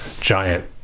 giant